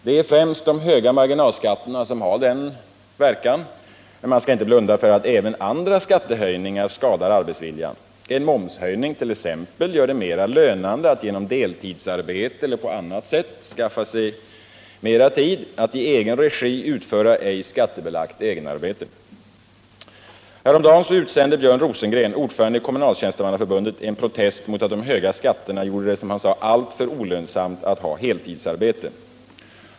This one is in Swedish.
Det är främst de höga marginalskatterna som har denna verkan, men man skall inte blunda för att även andra skattehöjningar skadar arbetsviljan. Exempelvis en momshöjning gör det mer lönande att genom deltidsarbete eller på annat sätt skaffa sig mera tid att i egen regi utföra ej skattebelagt egenarbete. Häromdagen utsände Björn Rosengren, ordföranden i Kommunaltjänstemannaförbundet, en protest mot att de höga skatterna gjorde det alltför olönsamt att ha heltidsarbete.